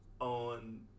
on